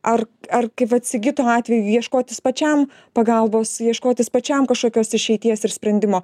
ar ar kaip vat sigito atveju ieškotis pačiam pagalbos ieškotis pačiam kažkokios išeities ir sprendimo